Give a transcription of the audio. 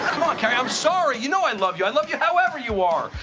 carrie, i'm sorry. you know i love you. i love you however you are.